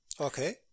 Okay